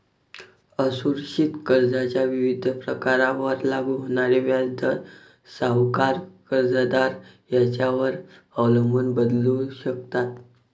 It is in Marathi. असुरक्षित कर्जाच्या विविध प्रकारांवर लागू होणारे व्याजदर सावकार, कर्जदार यांच्यावर अवलंबून बदलू शकतात